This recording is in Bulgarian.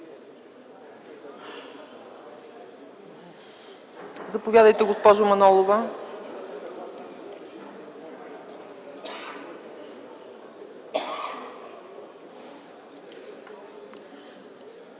Заповядайте, госпожо Манолова.